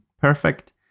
perfect